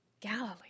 Galilee